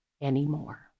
anymore